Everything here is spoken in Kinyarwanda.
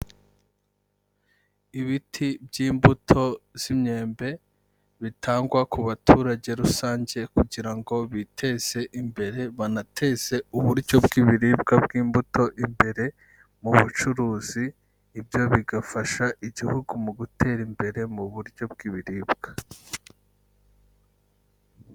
Ibiti by'imbuto z'imyembe bitangwa ku baturage rusange kugira ngo biteze imbere banateze uburyo bw'ibiribwa bw'imbuto imbere mu bucuruzi, ibyo bigafasha igihugu mu gutera imbere mu buryo bw'ibiribwa.